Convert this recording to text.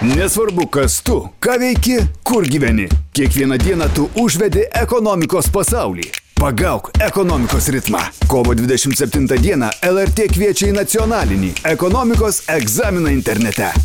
nesvarbu kas tu ką veiki kur gyveni kiekvieną dieną tu užvedi ekonomikos pasaulį pagauk ekonomikos ritmą kovo dvidešimt septintą dieną el er tė kviečia į nacionalinį ekonomikos egzaminą internete